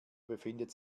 befindet